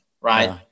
right